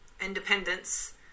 independence